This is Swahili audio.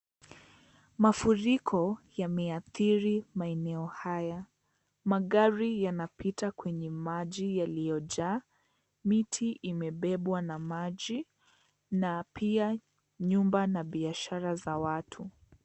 Mafuriko yameathiri maeneo haya. Magari yanapita kwenye maji yaliyojaa. Miti imebebwa na maji na pia nyumba na biashara za watu.